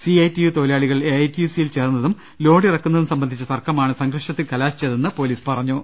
CI ടിയു തൊഴിലാളികൾ എഐടിയുസിയിൽ ചേർന്നതും ലോഡിറ ക്കുന്നതും സംബന്ധിച്ച തർക്കമാണ് സംഘർഷത്തിൽ കലാശിച്ച തെന്ന് പോലീസ് പറഞ്ഞു